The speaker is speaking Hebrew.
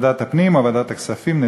ועדת הפנים או ועדת הכספים,